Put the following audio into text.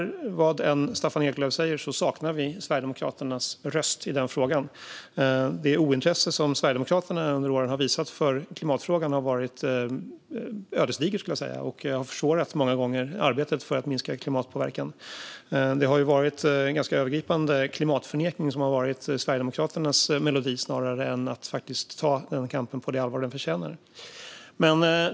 Vad Staffan Eklöf än säger saknar vi Sverigedemokraternas röst i den frågan. Det ointresse som Sverigedemokraterna under åren har visat för klimatfrågan har varit ödesdiger och har många gånger försvårat arbetet för att minska klimatpåverkan. Sverigedemokraternas melodi har snarare varit en ganska övergripande klimatförnekelse än att faktiskt ta kampen på det allvar som den förtjänar.